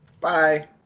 Bye